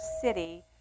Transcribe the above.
city